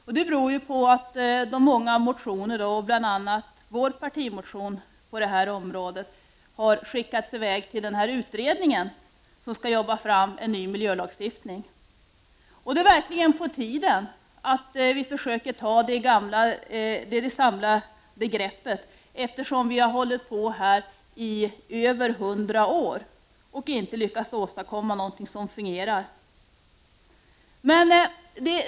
Detta beror på att många motioner, bl.a. vår partimotion, på det här området har hänvisats till den utredning som skall arbeta fram en ny miljölagstiftning. Det är verkligen på tiden att vi försöker ta ett samlat grepp när vi nu i över hundra år inte har lyckats åstadkomma något som fungerar.